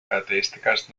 características